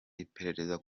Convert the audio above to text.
iperereza